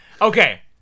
Okay